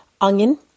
onion